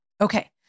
Okay